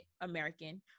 American